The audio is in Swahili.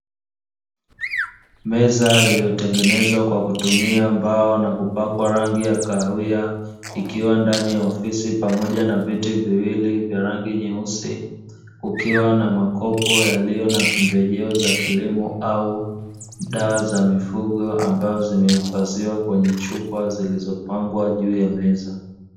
Meza iliyotengenezwa kwa kutumia mbao, na kupakwa rangi ya kahawia ikiwa ndani ya ofisi pamoja na viti viwili vya rangi nyeusi kukiwa na makopo yaliyo na pembejeo za kilimo au dawa za mifugo, ambazo zimehifadhiwa kwenye chupa zilizopangwa juu ya meza.